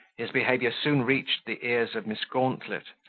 his behaviour soon reached the ears of miss gauntlet,